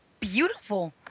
Beautiful